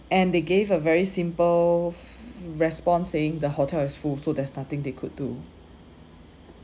and they gave a very simple response saying the hotel is full so there's nothing they could do